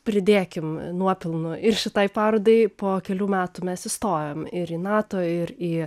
pridėkim nuopelnų ir šitai parodai po kelių metų mes įstojom ir į nato ir į